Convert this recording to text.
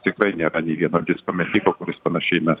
tikrai nėra nei vieno disko metiko kuris panašiai mes